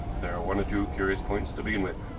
there are one or two curious points to begin with.